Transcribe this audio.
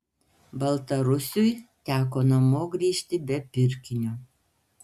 baltarusiui teko namo grįžti be pirkinio